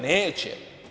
Neće.